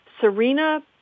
Serena